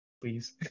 please